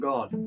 God